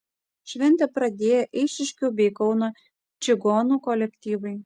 šventę pradėjo eišiškių bei kauno čigonų kolektyvai